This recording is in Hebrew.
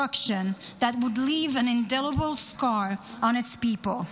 that would leave an indelible scar on its people.